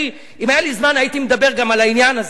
אם היה לי זמן הייתי מדבר גם על העניין הזה,